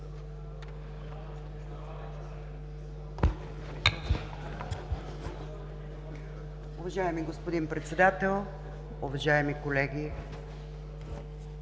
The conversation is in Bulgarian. Уважаеми господин Председател, уважаеми колеги,